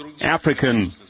African